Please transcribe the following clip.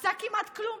עשה כמעט כלום.